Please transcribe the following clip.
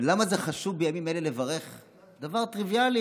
ולמה זה חשוב בימים אלה לברך על דבר טריוויאלי,